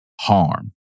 harm